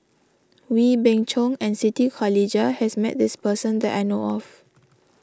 Wee Beng Chong and Siti Khalijah has met this person that I know of